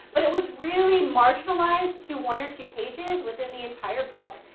but it was really marginalized to one or two pages within the entire book,